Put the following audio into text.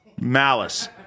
Malice